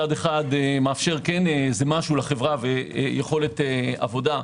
כן מאפשר משהו לחברה ויכולת עבודה,